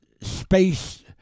space